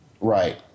Right